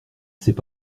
c’est